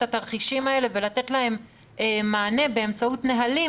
התרחישים האלה ולתת להם מענה באמצעות נהלים,